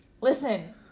Listen